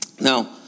Now